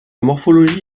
morphologie